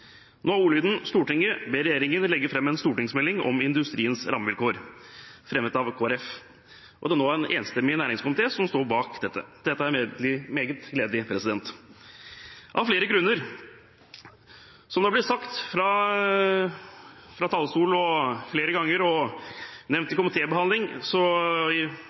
Nå er ordlyden: «Stortinget ber regjeringen legge frem en stortingsmelding om industriens rammevilkår.» Forslaget er fremmet av Kristelig Folkeparti, og det er nå en enstemmig næringskomité som står bak dette. Dette er meget gledelig – av flere grunner. Som det har blitt sagt fra talerstolen flere ganger og nevnt i